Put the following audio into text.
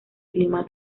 clima